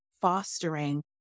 fostering